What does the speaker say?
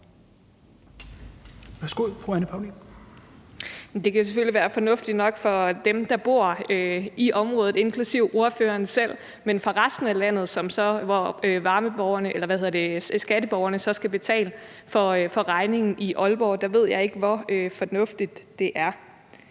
Det kan selvfølgelig være fornuftigt nok for dem, der bor i området, inklusive ordføreren selv, men for resten af landet, hvor skatteborgerne så skal betale for regningen i Aalborg, ved jeg ikke hvor fornuftigt det er.